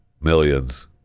millions